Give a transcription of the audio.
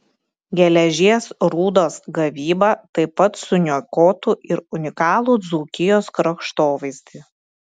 geležies rūdos gavyba taip pat suniokotų ir unikalų dzūkijos kraštovaizdį